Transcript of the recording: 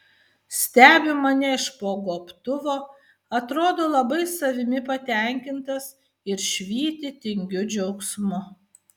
stebi mane iš po gobtuvo atrodo labai savimi patenkintas ir švyti tingiu džiaugsmu